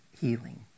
healing